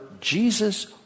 Jesus